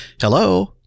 hello